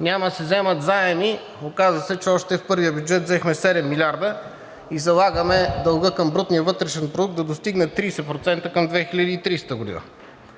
Няма да се вземат заеми. Оказа се, че още в първия бюджет взехме 7 милиарда и залагаме дълга към брутния вътрешен продукт да достигне 30% към 2030 г.